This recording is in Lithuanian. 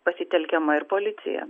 pasitelkiama ir policija